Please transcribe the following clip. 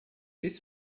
this